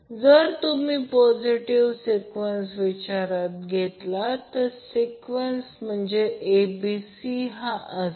जेव्हा हे प्रथम फक्त त्या सर्किटची आकृती काढावी तेव्हा आपण फक्त हे व्हिडिओ व्याख्यान ऐकू